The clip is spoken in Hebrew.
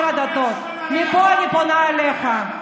מפה אני פונה אליך,